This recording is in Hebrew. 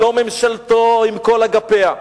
לא ממשלתו עם כל אגפיה,